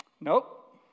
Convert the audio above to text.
Nope